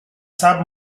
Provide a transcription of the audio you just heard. sap